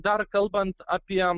dar kalbant apie